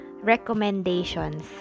recommendations